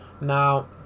Now